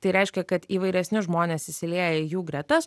tai reiškia kad įvairesni žmonės įsilieja į jų gretas